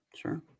Sure